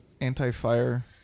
anti-fire